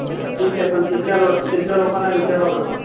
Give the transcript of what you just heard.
हो ठीक आहे पण तिथल्या लो तिथल्या लोकांना विचारावं लागंल